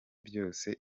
byose